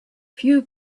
few